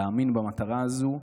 להאמין במטרה הזאת,